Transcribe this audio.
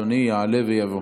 אדוני יעלה ויבוא,